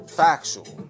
factual